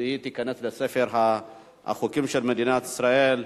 והיא תיכנס לספר החוקים של מדינת ישראל.